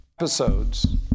Episodes